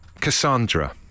Cassandra